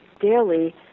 daily